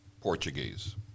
Portuguese